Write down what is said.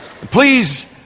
please